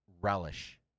relish